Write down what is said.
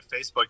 Facebook